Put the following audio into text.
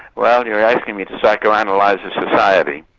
well you're asking me to psychoanalyse a society,